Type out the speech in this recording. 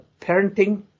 parenting